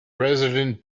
resident